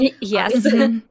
Yes